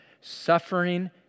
Suffering